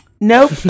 Nope